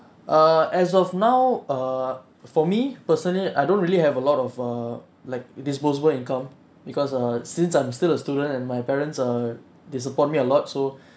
uh as of now err for me personally I don't really have a lot of err like disposable income because uh since I'm still a student and my parents err they support me a lot so